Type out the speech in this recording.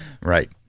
Right